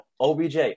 OBJ